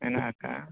ᱢᱮᱱᱟᱜ ᱟᱠᱟᱫᱟ